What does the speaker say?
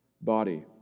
body